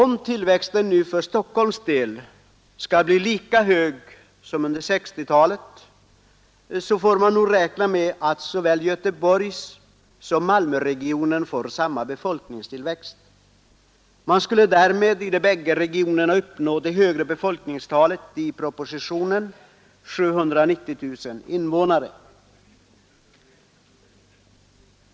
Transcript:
Om tillväxten nu för Stockholms del skall bli lika hög som under 1960-talet, så får man nog räkna med att såväl Göteborgssom Malmöregionen får samma befolkningstillväxt. Man skulle därmed i de bägge regionerna uppnå det högre befolkningstalet i propositionen, 790 000 invånare.